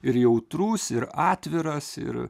ir jautrus ir atviras ir